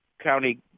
County